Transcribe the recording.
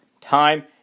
time